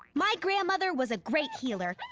my grandmother was a great healer.